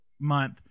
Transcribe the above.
month